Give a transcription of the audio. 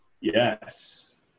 Yes